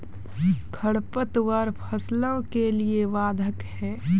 खडपतवार फसलों के लिए बाधक हैं?